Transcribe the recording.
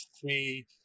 three